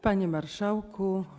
Panie Marszałku!